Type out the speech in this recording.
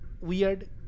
weird